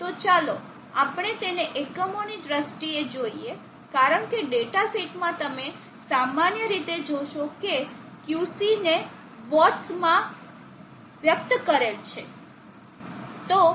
તો ચાલો આપણે તેને એકમોની દ્રષ્ટિએ જોઈએ કારણ કે ડેટા શીટમાં તમે સામાન્ય રીતે જોશો કે Qc ને વોટ્સ માં તરીકે વ્યક્ત થયેલ છે